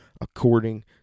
according